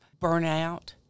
burnout